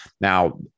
Now